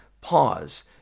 pause